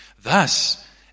Thus